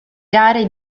gare